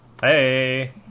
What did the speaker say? Hey